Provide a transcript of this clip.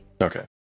Okay